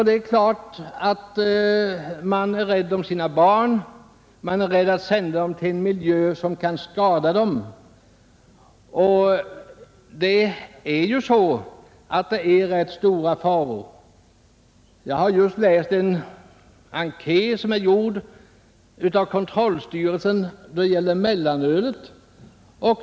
Det är klart att föräldrar är rädda om sina barn, rädda att sända dem till miljöer som kan skada dem, och farorna är stora. Jag läste nyligen en enkät, gjord av kontrollstyrelsen, om mellanölet.